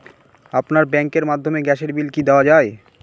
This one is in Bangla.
আপনার ব্যাংকের মাধ্যমে গ্যাসের বিল কি দেওয়া য়ায়?